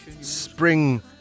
spring